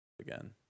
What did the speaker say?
again